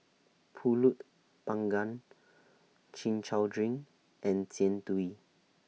Pulut Panggang Chin Chow Drink and Jian Dui